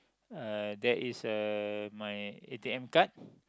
uh there is a my a_t_m card